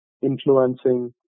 influencing